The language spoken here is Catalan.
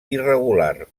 irregular